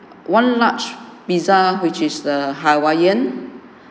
one large pizza which is the hawaiian